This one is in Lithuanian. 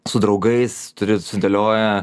su draugais turi sudėlioja